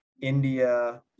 india